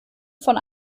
von